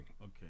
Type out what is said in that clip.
Okay